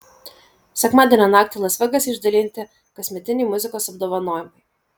sekmadienio naktį las vegase išdalinti kasmetiniai muzikos apdovanojimai